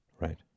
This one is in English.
Right